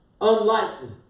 unlikely